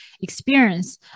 experience